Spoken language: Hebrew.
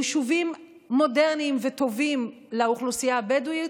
יישובים מודרניים וטובים לאוכלוסייה הבדואית,